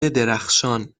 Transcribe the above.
درخشان